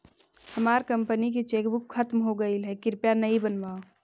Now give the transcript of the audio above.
हमार कंपनी की चेकबुक खत्म हो गईल है, कृपया नई बनवाओ